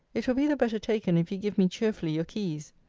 it will be the better taken, if you give me cheerfully your keys.